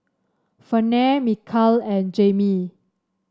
Ferne Mikal and Jaimie